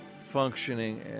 functioning